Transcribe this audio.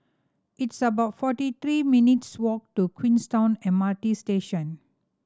it's about forty three minutes' walk to Queenstown M R T Station